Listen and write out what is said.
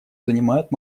занимают